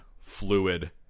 fluid